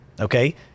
okay